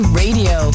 radio